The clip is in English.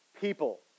people